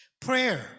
Prayer